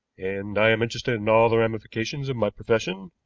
and i am interested in all the ramifications of my profession.